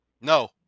No